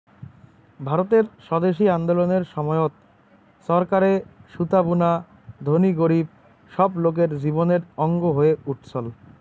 ভারতের স্বদেশি আন্দোলনের সময়ত চরকারে সুতা বুনা ধনী গরীব সব লোকের জীবনের অঙ্গ হয়ে উঠছল